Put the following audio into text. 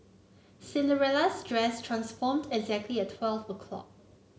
Cinderella's dress transformed exactly at twelve o'clock